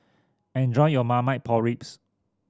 enjoy your Marmite Pork Ribs